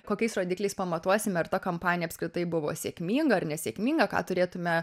kokiais rodikliais pamatuosime ar ta kampanija apskritai buvo sėkminga ar nesėkminga ką turėtume